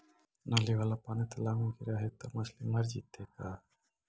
नली वाला पानी तालाव मे गिरे है त मछली मर जितै का?